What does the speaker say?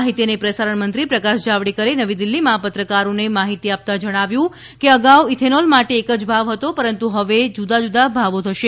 માહિતી અને પ્રસારણ મંત્રી પ્રકાશ જાવડેકરે નવી દિલ્હીમાં પત્રકારોને માહિતી આપતાં જણાવ્યું કે અગાઉ ઇથેનોલ માટે એક જ ભાવ હતો પરંતુ હવે જુદા જુદા ભાવો થશે